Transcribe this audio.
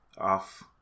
Off